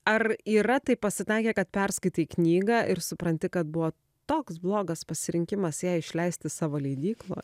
ar yra taip pasitaikę kad perskaitai knygą ir supranti kad buvo toks blogas pasirinkimas ją išleisti savo leidykloj